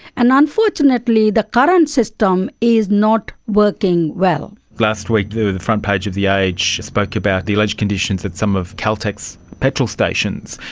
and unfortunately the current system is not working well. last week the front page of the age spoke about the alleged conditions at some of caltex petrol stations.